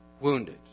Wounded